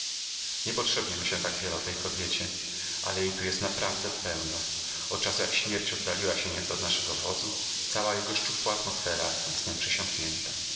nie potrzebnie myślę tak wiele o tej kobiecie ale jej tu jest naprawdę pełno od czasu jak śmierć oddaliła się nieco od naszego wozu cała jego szczupła atmosfera jest nią przesiąknięta